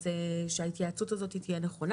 אז ההתייעצות הזאת תהיה נכונה.